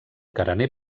carener